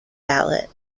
ballot